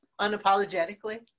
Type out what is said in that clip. unapologetically